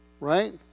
Right